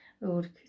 Lord